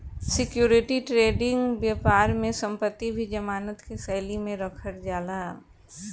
security trading बैपार में संपत्ति भी जमानत के शैली में रखल जाला